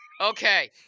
Okay